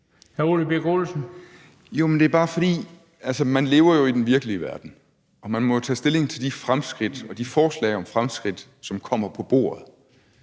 Hr. Ole Birk Olesen. Kl. 13:54 Ole Birk Olesen (LA): Man lever i den virkelige verden, og man må jo tage stilling til de fremskridt og de forslag om fremskridt, som kommer på bordet,